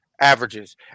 averages